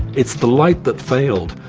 it's the light that failed,